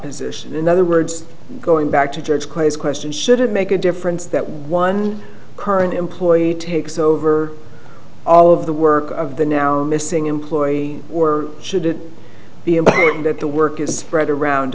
position in other words going back to church quiz question should it make a difference that one current employee takes over all of the work of the now missing employee were should it be apparent that the work is spread around